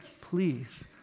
please